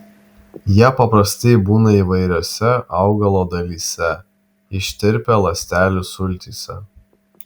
jie paprastai būna įvairiose augalo dalyse ištirpę ląstelių sultyse